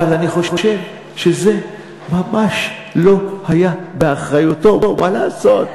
אבל אני חושב שזה ממש לא היה באחריותו, מה לעשות.